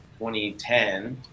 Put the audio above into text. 2010